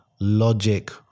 logic